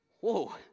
Whoa